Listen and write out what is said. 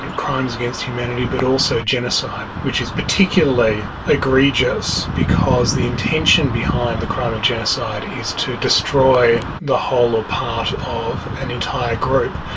crimes against humanity, but also genocide, which is particularly egregious because the intention behind the crime of genocide is to destroy the whole or part of an entire group.